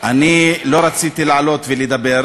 אני לא רציתי לעלות ולדבר,